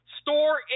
Store